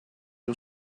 you